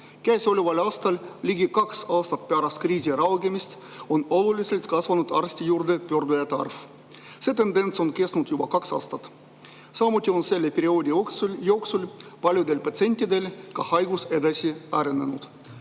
Käesoleval aastal, ligi kaks aastat pärast kriisi raugemist, on oluliselt kasvanud arsti juurde pöördujate arv. See tendents on kestnud juba kaks aastat. Samuti on selle perioodi jooksul paljudel patsientidel haigus edasi arenenud.